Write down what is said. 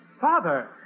Father